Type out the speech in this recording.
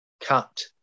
Cut